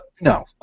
no